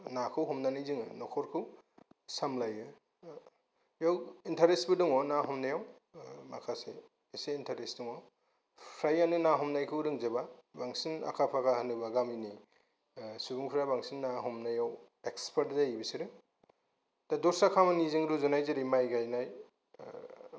नाखौ हमनानै जोङो न'खरखौ सामलायो बेयाव इन्टारेस्तबो दङ ना हमनायाव माखासे एसे इन्टारेस्त दङ प्रायानो ना हमनायखौ रोंजोबा बांसिन आखा फाखा होनोबा गामिनि सुबुंफ्रा बांसिन ना हमनायाव एक्सपार्ट जायो बिसोरो दा दस्रा खामानिजों रुजुनाय जेरै माइ गायनाय